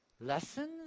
lessons